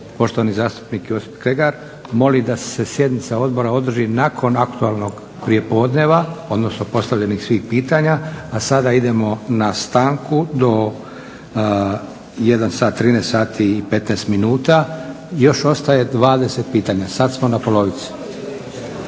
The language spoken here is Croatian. poštovani zastupnik Josip Kregar moli da se sjednica odbora održi nakon aktualnog prijepodneva, odnosno postavljenih svih pitanja. A sada idemo na stanku do 13,15. Još ostaje 20 pitanja, sad smo na polovici.